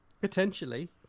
Potentially